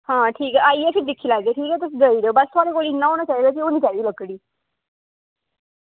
आं ठीक ऐ आइयै फिर दिक्खी लैगे ठीक ऐ ते बस थुआढ़े कोल इन्ना होना चाहिदा की थुआढ़े कोल होनी चाहिदी लकड़ी